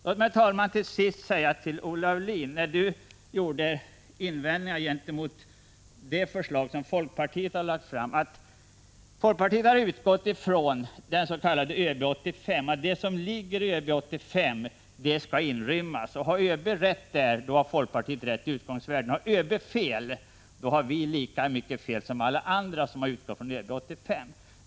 Låt mig, herr talman, till sist säga till Olle Aulin, som gjorde invändningar gentemot den planering folkpartiet har velat pröva: Folkpartiet har utgått från det som står i ÖB 85. Har ÖB rätt i sina siffror, då har folkpartiet rätt utgångsvärden. Har ÖB fel, då har vi lika mycket fel som alla andra som har utgått från ÖB 85.